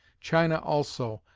china also,